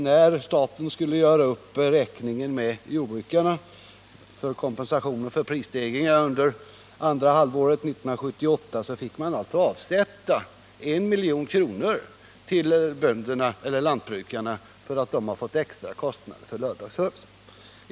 När staten skulle göra upp räkningen med jordbrukarna angående kompensation för prisstegringar under andra halvåret 1978 fick man alltså avsätta 1 milj.kr. till lantbrukarna för att de fått extra kostnader på grund av lördagsservicen.